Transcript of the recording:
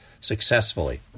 successfully